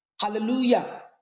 Hallelujah